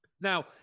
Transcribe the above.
Now